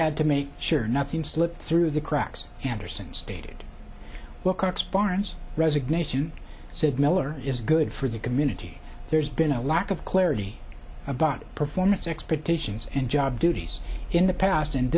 had to make sure nothing slipped through the cracks anderson stated what cox barnes resignation said miller is good for the community there's been a lack of clarity about performance expectations and job duties in the past and